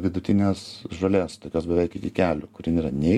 vidutinės žolės tokios beveik iki kelių kuri nėra nei